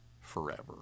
forever